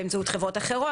באמצעות חברות אחרות.